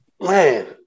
Man